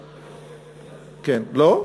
כן, לא?